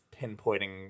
pinpointing